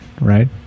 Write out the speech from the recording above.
right